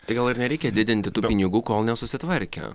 tai gal ir nereikia didinti tų pinigų kol nesusitvarkė